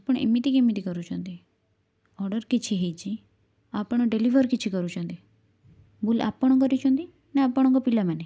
ଆପଣ ଏମିତି କେମିତି କରୁଛନ୍ତି ଅର୍ଡ଼ର କିଛି ହେଇଛି ଆପଣ ଡେଲିଭର୍ କିଛି କରୁଛନ୍ତି ଭୁଲ୍ ଆପଣ କରିଛନ୍ତି ନା ଆପଣଙ୍କ ପିଲାମାନେ